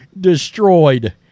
Destroyed